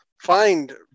find